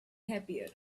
happier